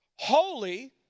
Holy